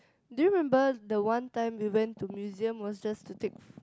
do you remember the one time we went to museum was just to take